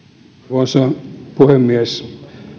arvoisa puhemies